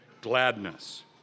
gladness